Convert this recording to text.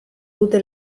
dute